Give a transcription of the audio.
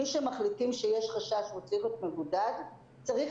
מי שמחליטים שיש חשש והוא צריך להיות מבודד צריך